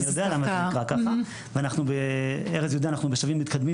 אני יודע למה זה נקרא ככה וארז יודע אנחנו בשלבים מתקדמים